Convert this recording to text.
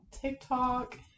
TikTok